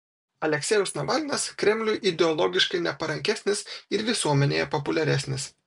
aleksejus navalnas kremliui ideologiškai neparankesnis ir visuomenėje populiaresnis